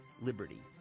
liberty